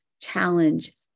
challenge